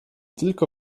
tylko